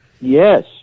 Yes